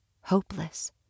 hopeless